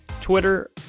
Twitter